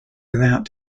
without